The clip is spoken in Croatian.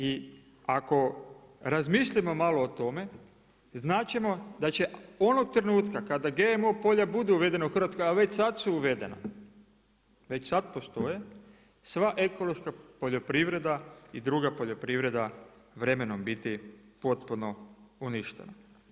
I ako razmislimo malo o tome znati ćemo da će onog trenutka kada GMO polja budu uvedeno u Hrvatskoj, a već sad su uvedena, već sad postoje, sva ekološka poljoprivreda i druga poljoprivreda vremenom biti potpuno uništena.